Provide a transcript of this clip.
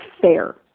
fair